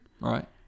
Right